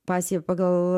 pasija pagal